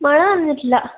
മഴ നനഞ്ഞിട്ടില്ല